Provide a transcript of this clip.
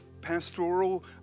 pastoral